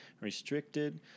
restricted